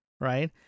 Right